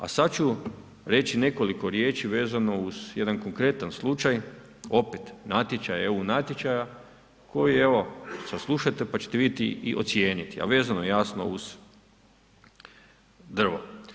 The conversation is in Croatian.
A sada ću reći nekoliko riječi vezano uz jedan konkretan slučaj, opet eu natječaja koji evo saslušajte pa ćete vidjeti i ocijeniti, a vezano je jasno uz drvo.